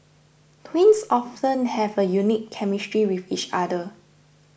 twins often have a unique chemistry with each other